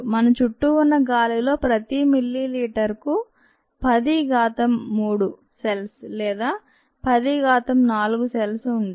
మన చుట్టూ ఉన్న గాలిలో ప్రతి మిల్లీలీటరుకు 10 ఘాతం 3 సెల్స్ లేదా 10 ఘాతం 4 సెల్స్ ఉంటాయి